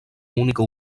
única